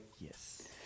Yes